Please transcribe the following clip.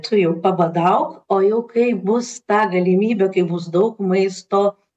tu jau pabadauk o jau kai bus ta galimybė kai bus daug maisto